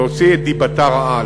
להוציא את דיבתה רעה.